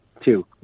two